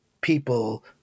people